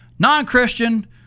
non-christian